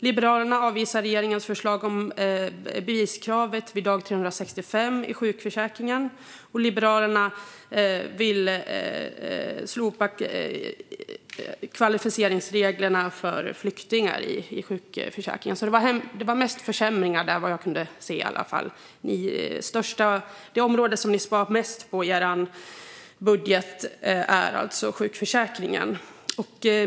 Liberalerna avvisar regeringens förslag om beviskravet vid dag 365 i sjukförsäkringen. Liberalerna vill slopa kvalificeringsreglerna för flyktingar i sjukförsäkringen. Såvitt jag kan se är det mest försämringar där. Det område ni sparar mest på i er budget är alltså sjukförsäkringen.